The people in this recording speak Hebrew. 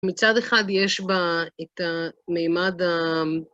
מצד אחד, יש בה את מימד ה...